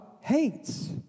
hates